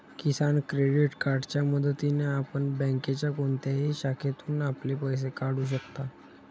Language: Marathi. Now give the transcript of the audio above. किसान क्रेडिट कार्डच्या मदतीने आपण बँकेच्या कोणत्याही शाखेतून आपले पैसे काढू शकता